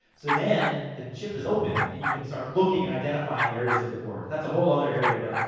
so then, the chip is opened, and you can start looking and identifying areas of the board. that's a whole other area. but,